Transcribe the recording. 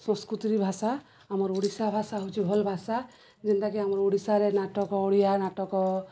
ସଂସ୍କୃତି ଭାଷା ଆମର ଓଡ଼ିଶା ଭାଷା ହଉଛି ଭଲ ଭାଷା ଯେନ୍ତାକି ଆମର ଓଡ଼ିଶାରେ ନାଟକ ଓଡ଼ିଆ ନାଟକ